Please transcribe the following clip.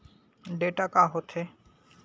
Data का होथे?